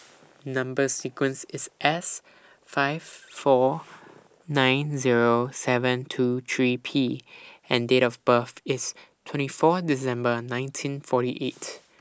Number sequence IS S five four nine Zero seven two three P and Date of birth IS twenty four December nineteen forty eight